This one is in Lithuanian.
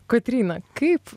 kotryna kaip